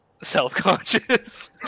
self-conscious